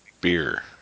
beer